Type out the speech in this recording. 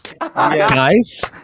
guys